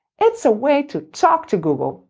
it is a way to talk to google,